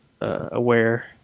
aware